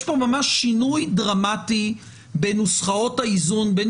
יש פה ממש שינוי דרמטי בנוסחאות האיזון בין